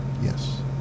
Yes